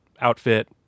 outfit